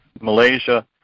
Malaysia